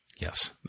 Yes